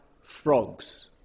frogs